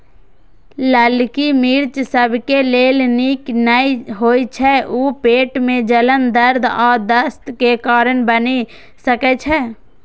ललकी मिर्च सबके लेल नीक नै होइ छै, ऊ पेट मे जलन, दर्द आ दस्त के कारण बनि सकै छै